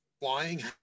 flying